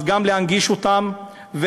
אז גם להנגיש אותם.